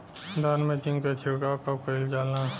धान में जिंक क छिड़काव कब कइल जाला?